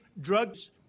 drugs